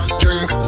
drink